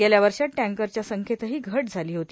गेल्या वर्षात टँकरच्या संख्येतही घट झाली होती